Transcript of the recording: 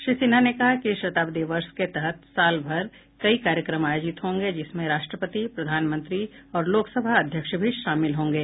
श्री सिन्हा ने कहा कि इस शताब्दी वर्ष के तहत सालभर कई कार्यक्रम आयोजित होंगे जिसमें राष्ट्रपति प्रधानमंत्री और लोकसभा अध्यक्ष भी शामिल होंगे